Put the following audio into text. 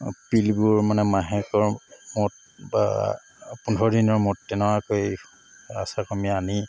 পিলবোৰ মানে মাহেকৰ মূৰত বা পোন্ধৰ দিনৰ মূৰত তেনেকুৱাকৈ আশা কৰ্মীয়ে আনি